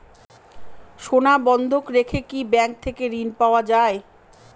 সোনা বন্ধক রেখে কি ব্যাংক থেকে ঋণ পাওয়া য়ায়?